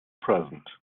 present